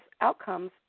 outcomes